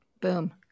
Boom